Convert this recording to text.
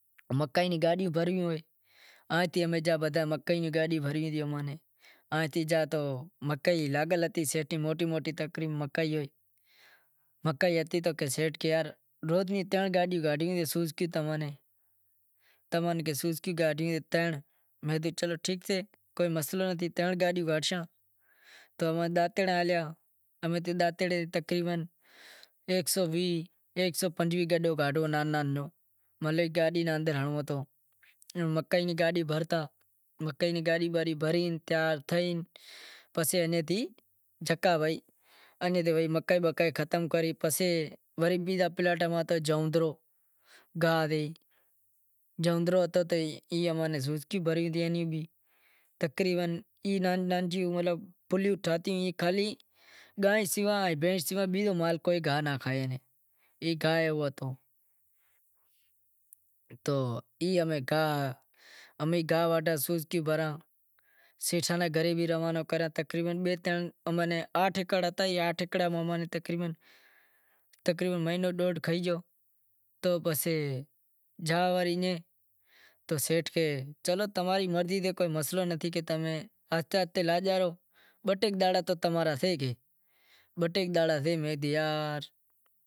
مکائی نی گاڈی بھرنڑیوں ہتیوں، آز تھی زاں مکئی روں گاڈیوں بھرنڑیوں ہتیوں، سیٹھ کہے تماں نیں روز سوزکیوں کاڈھنڑیوں سے ترن، چلو ٹھیک سے کوئی مسئلو نتھی، ترن گاڈیوں کاڈھشاں، تو تقریبن ایک سو ویہہ گڈو کاڈہیو ننہو ننہو مطلب گاڈی نے اندر ہنڑنڑو ہتو مکائی نی گاڈی بھری تیار کری پسے ایئں تھی تھکا بھائی، وڑے مکائی بکائی ختم کری پسے وری بیزاں پلاٹاں ماتھے زائوں گاہ سے ای سوزوکی بھرنڑی ہتی، ای گاہ گائے سوا بھینش سوا بیزو کو مال گاہ ناں کھاوے، ای کھائے او تو تو ای امیں گاہ واڈھاں سوزوکی بھراں سیٹھاں نی گھرے بھی روانو کراں تقریبن بہ ترن اماں نیں آٹھ ایکڑ ہتا آٹھ ایکڑ اماں نیں تقریبن مہینو ڈوڈھ کھئی گیو تو پسے گیا وری ایئں، تو سیٹھ کہے چلو تماں ری مرضی کوئی مسئلی نتھی تمیں آہستے آہستے لاگیا رہو بہ ٹے ڈہاڑا تمارا تھے گیا